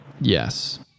yes